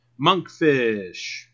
Monkfish